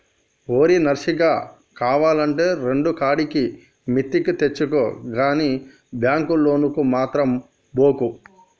ఓరి నర్సిగా, కావాల్నంటే రెండుకాడికి మిత్తికి తెచ్చుకో గని బాంకు లోనుకు మాత్రం బోకు